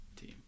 team